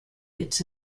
its